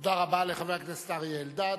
תודה רבה לחבר הכנסת אריה אלדד.